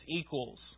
equals